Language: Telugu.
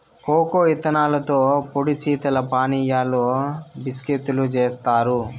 కోకో ఇత్తనాలతో పొడి శీతల పానీయాలు, బిస్కేత్తులు జేత్తారు